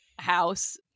House